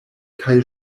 kaj